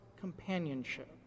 companionship